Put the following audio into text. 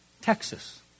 Texas